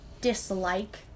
dislike